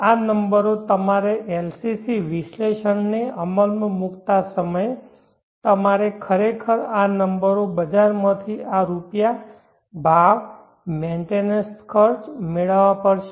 આ નંબરો તમારે LCC વિશ્લેષણને અમલમાં મૂકતા સમયે તમારે ખરેખર આ નંબરો બજારમાંથી આ રૂપિયા ભાવ મેન્ટેનન્સ ખર્ચ મેળવવા પડશે